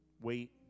wait